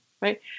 right